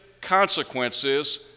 consequences